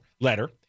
letter